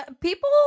people